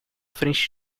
frente